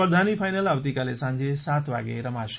સ્પર્ધાની ફાઈનલ આવતીકાલે સાંજે સાત વાગે રમાશે